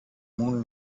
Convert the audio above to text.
moon